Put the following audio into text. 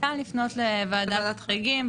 ניתן לפנות לוועדת חריגים.